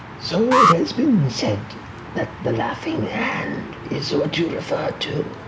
so it has been said that the laughing hand is what you refer to.